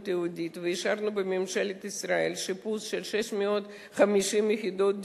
היהודית ואישרנו בממשלת ישראל שיפוץ של 650 יחידות דיור,